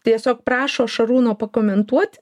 tiesiog prašo šarūno pakomentuot